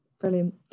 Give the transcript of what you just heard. brilliant